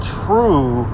true